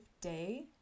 day